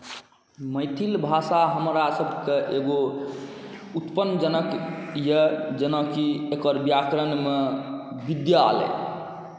मैथिली भाषा हमरासबके एगो उत्पन्नजनक अइ जेनाकि एकर व्याकरणमे विद्यालय